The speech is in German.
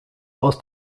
aus